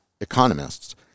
economists